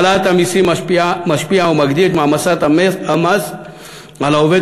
העלאת המסים משפיעה ומגדילה את מעמסת המס על עובד